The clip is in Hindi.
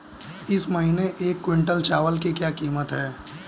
इस महीने एक क्विंटल चावल की क्या कीमत है?